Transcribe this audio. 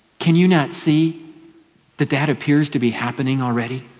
can you not see that that appears to be happening already?